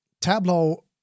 Tableau